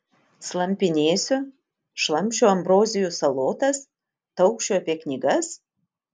slampinėsiu šlamšiu ambrozijų salotas taukšiu apie knygas